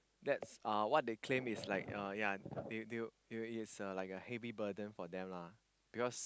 that's uh what they claim is like uh ya they they will they will is a like a heavy burden for them lah because